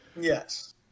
Yes